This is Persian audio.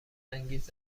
انگیز